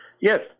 Yes